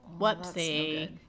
Whoopsie